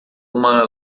uma